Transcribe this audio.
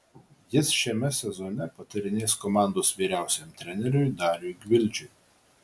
jis šiame sezone patarinės komandos vyriausiajam treneriui dariui gvildžiui